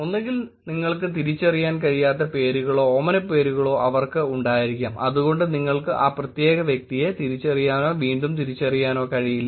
ഒന്നുകിൽ നിങ്ങൾക്ക് തിരിച്ചറിയാൻ കഴിയാത്ത പേരുകളോ ഓമനപ്പേരുകളോ അവർക്ക് ഉണ്ടായിരിക്കാം അതുകൊണ്ട് നിങ്ങൾക്ക് ആ പ്രത്യേക വ്യക്തിയെ തിരിച്ചറിയാനോ വീണ്ടും തിരിച്ചറിയാനോ കഴിയില്ല